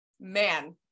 man